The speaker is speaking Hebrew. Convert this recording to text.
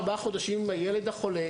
ארבעה חודשים עם הילד החולה,